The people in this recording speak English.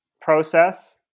process